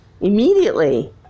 immediately